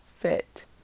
fit